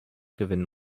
gewinnen